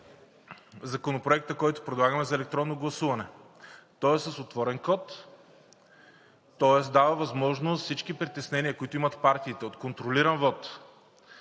Законопроекта, който предлагаме, за електронно гласуване. Той е с отворен код, тоест дава възможност всички притеснения, които имат партиите, от контролиран вот,